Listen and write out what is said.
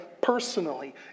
personally